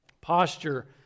Posture